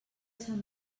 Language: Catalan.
sant